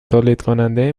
تولیدکننده